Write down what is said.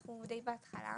אנחנו די בהתחלה.